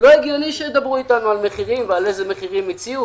לא הגיוני שידברו אתנו על מחירים ועל איזה מחירים הציעו,